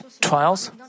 Trials